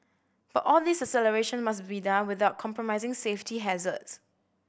but all this acceleration must be done without compromising safety hazards